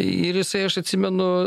ir jisai aš atsimenu